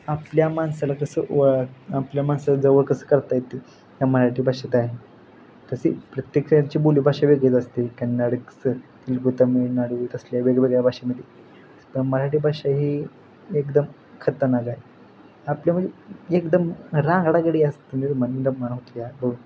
आपल्या माणसाला कसं ओळ आपल्या माणसाला जवळ कसं करता येते या मराठी भाषेत आहे तसे प्रत्येकांची बोलीभाषा वेगळीच असते कन्नाडक्स तेलगू तमीळनाडू तसल्या वेगवेगळ्या भाषेमध्ये पण मराठी भाषा ही एकदम खतरनाक आहे आपल्यामध्ये एकदम रांगडा गडी असतो म्हणून मानवतल्या